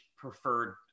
preferred